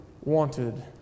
wanted